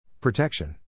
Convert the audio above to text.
Protection